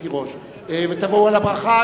תבואו על הברכה.